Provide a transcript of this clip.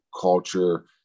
culture